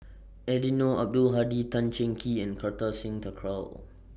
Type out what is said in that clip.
Eddino Abdul Hadi Tan Cheng Kee and Kartar Singh Thakral